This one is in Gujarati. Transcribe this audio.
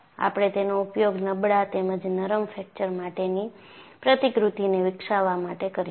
આપણે તેનો ઉપયોગ નબળા તેમજ નરમ ફ્રેકચર માટેની પ્રતિકૃતિને વિકસાવવા માટે કરીશું